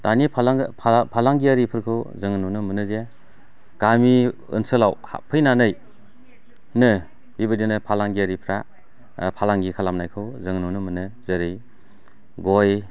दानि फालांगियारिफोरखौ जोङो नुनो मोनो जे गामि ओनसोलाव हाबफैनानैनो बिबायदिनो फालांगियारिफ्रा फालांगि खालामनायखौ जोङो नुनो मोनो जेरै गय